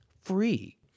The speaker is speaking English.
free